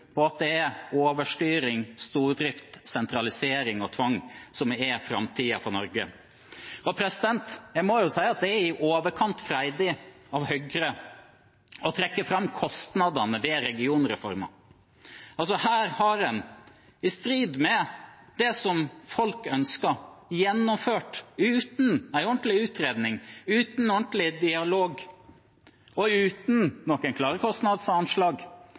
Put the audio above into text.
at det er i overkant freidig av Høyre å trekke fram kostnadene ved regionreformen. Her har en, i strid med det som folk ønsker, og uten en ordentlig utredning, uten en ordentlig dialog og uten noe klart kostnadsanslag,